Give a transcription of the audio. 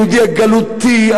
היהודי הגלותי,